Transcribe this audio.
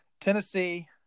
Tennessee